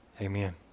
Amen